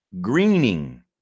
greening